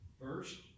First